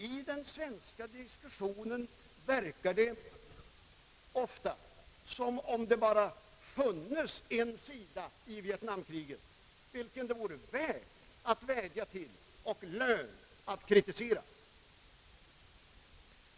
I den svenska diskussionen verkar det ofta som om det bara funnes en sida i vietnamkriget, vilken det vore värt att vädja till och lönt att kritisera.